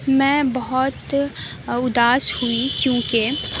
میں بہت اداس ہوئی کیونکہ